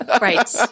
Right